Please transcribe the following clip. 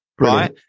right